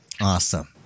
Awesome